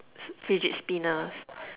fidget spinners